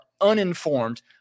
uninformed